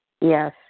Yes